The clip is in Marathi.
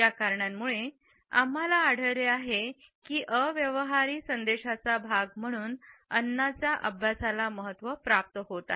या कारणांमुळे आम्हाला आढळले आहे की अव्यवहारी संदेशांचा भाग म्हणून अन्नाचा अभ्यासाला महत्त्व प्राप्त होत आहे